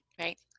Right